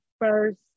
first